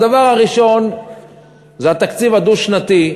הדבר הראשון זה התקציב הדו-שנתי,